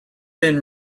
been